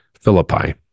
Philippi